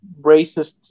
racist